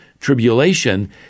tribulation